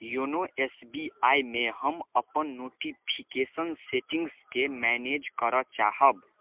YONO S B I मे हम अपन नोटिफिकेशन सेटिंग्सके मैनेज करए चाहब